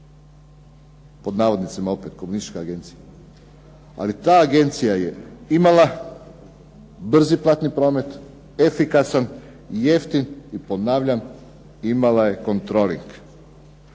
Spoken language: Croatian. bitno što je "Komunistička agencija". Ali ta agencija je imala brzi platni promet, efikasan, jeftin i ponavljam imala je kontroling.